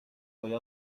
باید